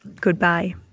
Goodbye